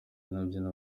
anabyina